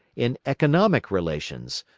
in economic relations,